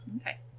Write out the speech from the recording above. Okay